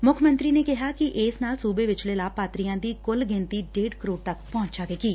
ਮੁੱਖ ਮੰਤਰੀ ਕਿਹਾ ਕਿ ਇਸ ਨਾਲ ਸੂਬੇ ਵਿਚਲੇ ਲਾਭਪਾਤਰੀਆਂ ਦੀ ਕੁੱਲ ਗਿਣਤੀ ਡੇਢ ਕਰੋੜ ਤੱਕ ਪਹੁੰਚ ਜਾਵੇਗੀ